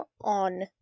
On